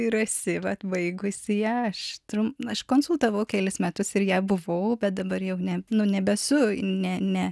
ir esi vat baigusi ją aš trum aš konsultavau kelis metus ir ją buvau bet dabar jau ne nu nebesu ne ne